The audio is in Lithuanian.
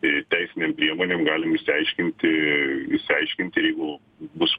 ir teisinėm priemonėm galim išsiaiškinti išsiaiškinti ir jeigu bus